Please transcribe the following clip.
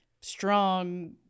strong